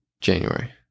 January